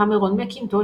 קמרון מקינטוש,